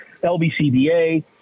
LBCBA